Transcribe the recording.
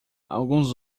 alguns